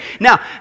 Now